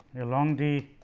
along the